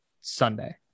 Sunday